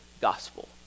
gospel